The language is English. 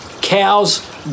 Cows